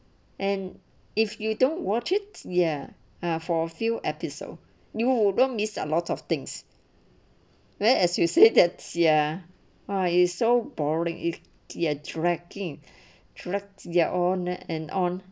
and if you don't watch it ya ah for a few episodes you will is a lot of things where as you said that ya !wah! is so boring if you're dragging dra on and on